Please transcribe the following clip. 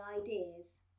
ideas